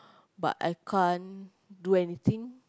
but I can't do anything